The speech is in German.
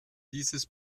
dieses